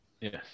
Yes